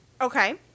Okay